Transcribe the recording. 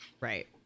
Right